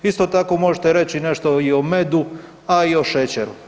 Isto tako, možete reći nešto i o medu a i o šećeru?